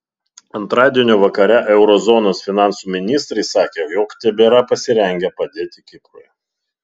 antradienio vakare euro zonos finansų ministrai sakė jog tebėra pasirengę padėti kiprui